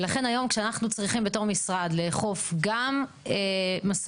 ולכן כשאנחנו צריכים בתור משרד לאכוף גם משאיות,